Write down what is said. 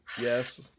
yes